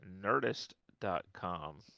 Nerdist.com